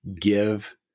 give